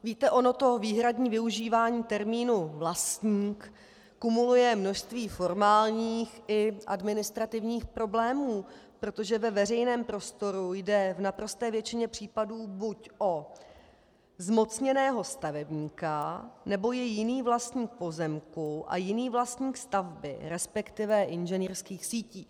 Víte, ono to výhradní využívání termínu vlastník kumuluje množství formálních i administrativních problémů, protože ve veřejném prostoru jde v naprosté většině případů buď o zmocněného stavebníka, nebo je jiný vlastník pozemku a jiný vlastník stavby, respektive inženýrských sítí.